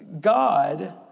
God